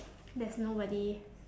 there's nobody